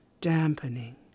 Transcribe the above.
dampening